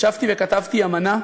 ישבתי וכתבתי אמנה,